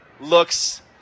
looks